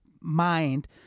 mind